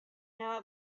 how